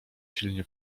silnie